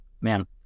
Man